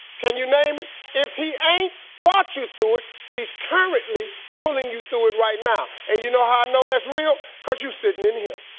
can you name it? if he ain't brought you through it, he's currently pulling you through it right now and you know how i know that's real? cause you sitting in here.